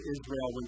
Israel